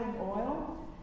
oil